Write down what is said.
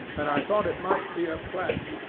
and i thought it might be a plant,